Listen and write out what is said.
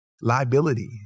liability